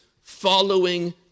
following